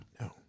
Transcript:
no